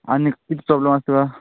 आनी कितें प्रोब्लेम आसा तुका